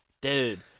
Dude